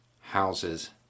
houses